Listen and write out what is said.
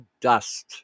dust